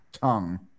tongue